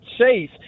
Chase